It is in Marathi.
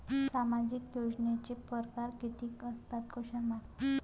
सामाजिक योजनेचे परकार कितीक असतात?